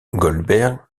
goldberg